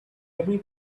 every